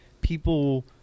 people